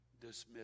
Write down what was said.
dismiss